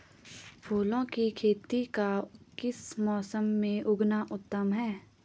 फूलों की खेती का किस मौसम में उगना उत्तम है?